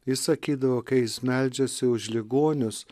jis sakydavo kai jis meldžiasi už ligonius